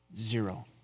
Zero